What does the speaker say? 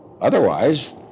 Otherwise